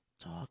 talk